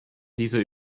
dieser